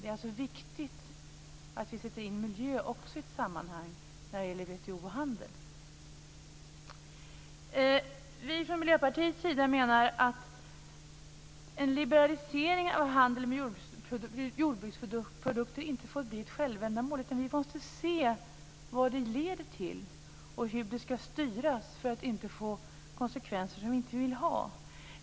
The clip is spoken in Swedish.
Det är alltså viktigt att vi också sätter in miljön i ett sammanhang när det gäller WTO Vi i Miljöpartiet menar att en liberalisering av handeln med jordbruksprodukter inte får bli ett självändamål. Vi måste se vad det leder till och hur det ska styras för att det inte ska få konsekvenser som vi inte vill ha.